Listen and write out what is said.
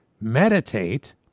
meditate